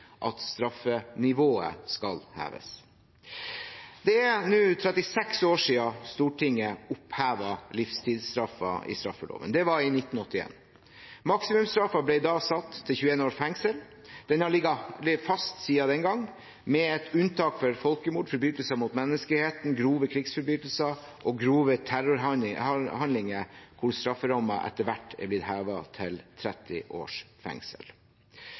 at straffenivået skal heves. Det er nå 36 år siden Stortinget opphevet livstidsstraffen i straffeloven. Det var i 1981. Maksimumsstraffen ble da satt til 21 års fengsel. Den har ligget fast siden den gang, med et unntak for folkemord, forbrytelser mot menneskeheten, grove krigsforbrytelser og grove terrorhandlinger, hvor strafferammen etter hvert er blitt hevet til 30 års fengsel.